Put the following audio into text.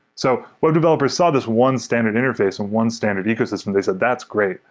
so when developers saw this one standard interface and one standard ecosystem they said, that's great.